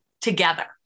together